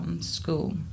school